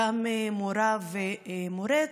גם מורָה או מורֶה,